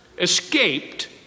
escaped